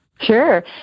Sure